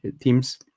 teams